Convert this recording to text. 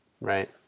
Right